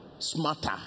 smarter